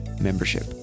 membership